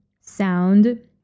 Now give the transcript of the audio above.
sound